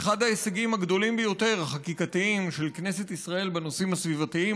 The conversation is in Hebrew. אחד ההישגים החקיקתיים הגדולים ביותר של כנסת ישראל בנושאים הסביבתיים.